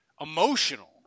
emotional